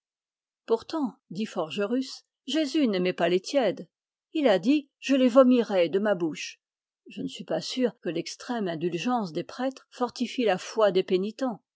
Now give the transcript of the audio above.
pourtant dit forgerus jésus n'aimait pas les tièdes il a dit je les vomirai de ma bouche je ne suis pas sûr que l'extrême indulgence des prêtres fortifie la foi des pénitents